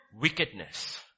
wickedness